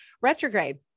retrograde